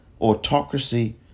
autocracy